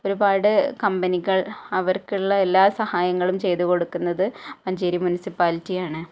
ഒരുപാട് കമ്പനികൾ അവർക്കുള്ള എല്ലാ സഹായങ്ങളും ചെയ്തുകൊടുക്കുന്നത് മഞ്ചേരി മുനിസിപ്പാലിറ്റിയാണ്